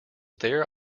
there